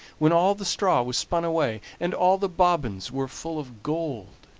when all the straw was spun away, and all the bobbins were full of gold.